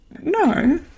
No